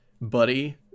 buddy